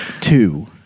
two